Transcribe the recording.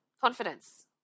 confidence